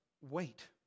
wait